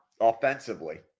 offensively